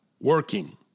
working